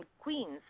Queens